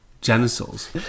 genitals